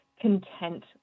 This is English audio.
content